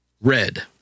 Red